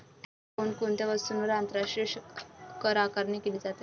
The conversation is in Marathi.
कोण कोणत्या वस्तूंवर आंतरराष्ट्रीय करआकारणी केली जाते?